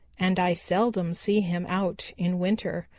and i seldom see him out in winter.